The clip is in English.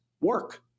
work